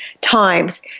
times